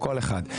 כל אחד.